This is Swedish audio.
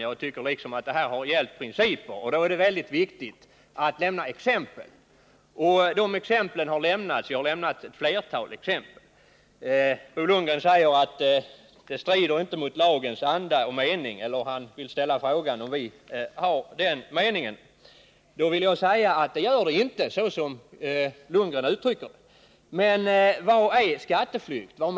Jag tycker att det egentligen har gällt principer, och då är det väldigt viktigt att lämna exempel. Jag har också givit ett flertal exempel. Bo Lundgren sade att förfarandet inte strider mot lagens anda och mening, och han frågade om inte vi också tycker så. Då vill jag svara att det gör det inte, så som Bo Lundgren uttrycker det. Men vad är skatteflykt?